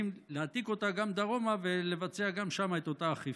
צריך להעתיק גם דרומה ולבצע גם שם את אותה אכיפה.